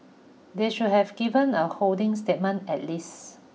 they should have given a holding statement at least